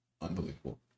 unbelievable